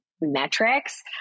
metrics